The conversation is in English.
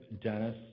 Dennis